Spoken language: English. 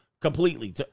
completely